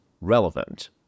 relevant